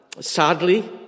Sadly